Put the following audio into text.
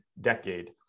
decade